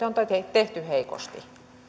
on tehty heikosti